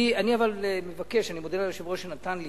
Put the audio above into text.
אני אבל מבקש, אני מודה ליושב-ראש שנתן לי.